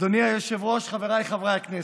אדוני היושב-ראש, חבריי חברי הכנסת,